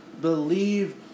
believe